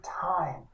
time